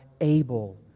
able